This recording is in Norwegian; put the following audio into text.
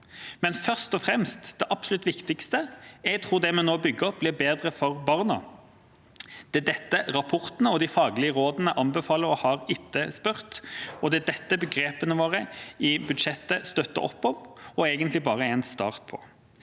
er først og fremst at jeg tror det vi nå bygger opp, blir bedre for barna. Det er dette rapportene og de faglige rådene anbefaler og har etterspurt, og det er dette grepene våre i budsjettet støtter opp om, og egentlig bare er en start på.